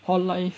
hall life